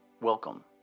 Welcome